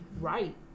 right